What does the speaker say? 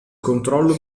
controllo